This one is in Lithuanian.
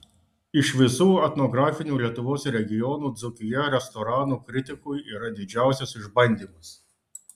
iš visų etnografinių lietuvos regionų dzūkija restoranų kritikui yra didžiausias išbandymas